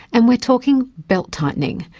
and we're talking belt-tightening,